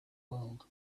world